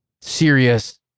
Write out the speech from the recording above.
serious